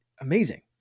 amazing